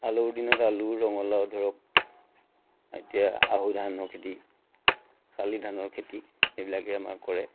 আলুৰ দিনত আলু ৰঙলাও ধৰক এতিয়া আহু ধানৰ খেতি শালি ধানৰ খেতি সেইবিলাকেই আমাৰ কৰে